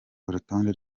urutonde